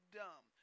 dumb